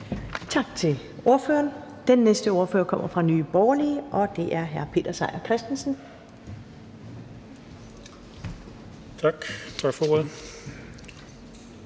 Tak til ordføreren. Den næste ordfører kommer fra Nye Borgerlige, og det er hr. Peter Seier Christensen. Kl. 15:27 (Ordfører)